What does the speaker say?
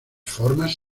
formas